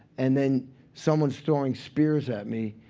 and then someone's throwing spears at me.